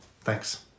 thanks